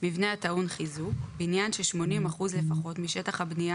"מבנה הטעון חיזוק" בניין ש-80% לפחות משטח הבנייה